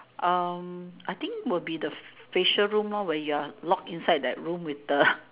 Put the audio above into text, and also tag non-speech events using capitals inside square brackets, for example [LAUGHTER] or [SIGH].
um I think will be the facial room lor when you're locked inside that room with the [BREATH]